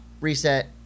reset